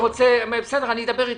אדבר אתו.